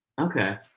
Okay